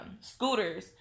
scooters